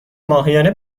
ماهیانه